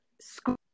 school